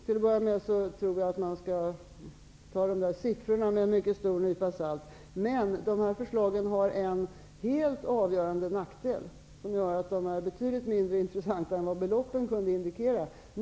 Till att börja med tror jag att man skall ta de siffrorna med en mycket stor nypa salt. Men förslagen har en helt avgörande nackdel, som gör att de är betydligt mindre intressanta än beloppet kunde indikera.